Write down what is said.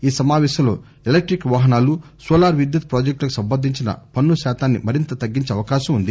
ఈ సమాపేశంలో ఎలక్టిక్ వాహనాలు నోలార్ విద్యుత్ ప్రాజెక్టులకు సంబంధించిన పన్ను శాతాన్ని మరింత తగ్గించే అవకాశం ఉంది